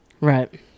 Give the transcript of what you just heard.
right